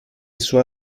sua